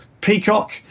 Peacock